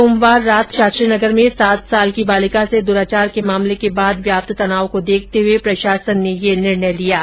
सोमवार रात शास्त्रीनगर में सात साल की बालिका से दुराचार के मामले के बाद व्याप्त तनाव को देखते हुए प्रशासन ने ये निर्णय लिया है